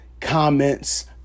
comments